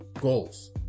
goals